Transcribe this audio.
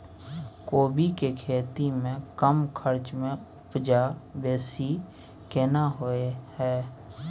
कोबी के खेती में कम खर्च में उपजा बेसी केना होय है?